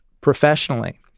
professionally